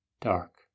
dark